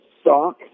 stock